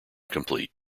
complete